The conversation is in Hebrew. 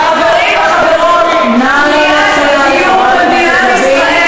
חברים וחברות, נא לא להפריע לחברת הכנסת לביא.